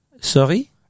Sorry